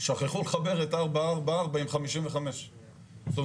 שכחו לחבר את 444 עם 55. זאת אומרת,